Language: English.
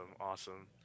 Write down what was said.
Awesome